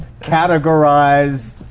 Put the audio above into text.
categorize